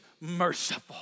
merciful